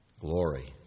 glory